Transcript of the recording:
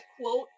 quote